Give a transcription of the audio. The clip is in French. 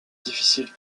difficiles